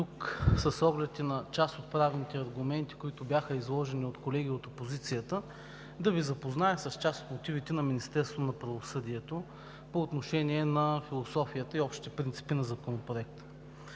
тук с оглед и на част от правните аргументи, които бяха изложени от колеги от опозицията, да Ви запозная с част от мотивите на Министерството на правосъдието по отношение на философията и общите принципи на Законопроекта: